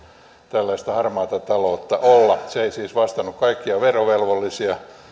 tällaista harmaata taloutta olla se ei siis vastannut kaikkia verovelvollisia